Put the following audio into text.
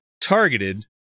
targeted